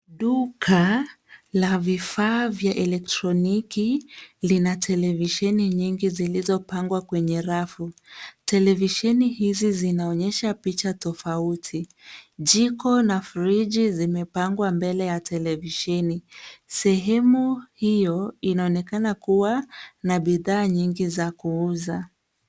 Duka la vifaa vya electroniki lina televisheni zilipangwa kwenye rafu. Televisheni hizi zinaonyesha picha tofauti. Jiko na friji zimepangwa mbele ya televisheni sehemu hiyo inaonekana kuwa na bidhaa nyingi za kuuza.